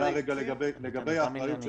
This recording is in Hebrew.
יש אלפים שנדחו הבחינות שלהם,